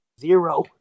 Zero